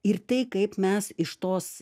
ir tai kaip mes iš tos